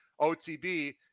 OTB